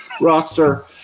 roster